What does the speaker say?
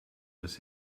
was